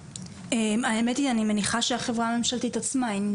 האמת היא, אני מניחה שהחברה הממשלתית עצמה.